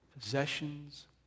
possessions